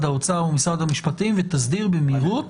האוצר ועם משרד המשפטים ותסדיר במהירות,